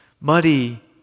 muddy